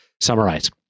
summarize